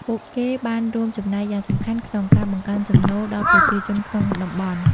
ពួកគេបានរួមចំណែកយ៉ាងសំខាន់ក្នុងការបង្កើនចំណូល ដល់ប្រជាជនក្នុងតំបន់។